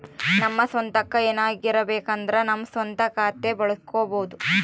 ನಮ್ಮ ಸ್ವಂತಕ್ಕ ಏನಾರಬೇಕಂದ್ರ ನಮ್ಮ ಸ್ವಂತ ಖಾತೆ ಬಳಸ್ಕೋಬೊದು